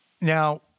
Now